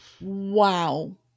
wow